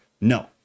no